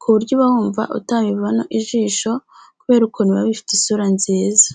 ku buryo uba wumva utabivano ijisho kubera ukuntu biba bifite isura nziza.